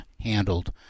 handled